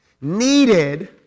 needed